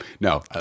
No